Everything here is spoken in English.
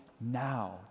now